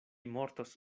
mortos